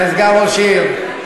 היה סגן ראש עיר,